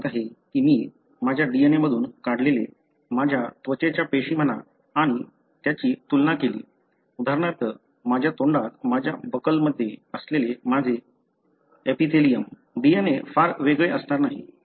तुम्हाला माहीत आहे की मी माझ्या DNA मधून काढलेले माझ्या त्वचेच्या पेशी म्हणा आणि त्याची तुलना केली उदाहरणार्थ माझ्या तोंडात माझ्या बकलमध्ये असलेले माझे एपिथेलियम DNA फार वेगळे असणार नाही